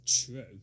true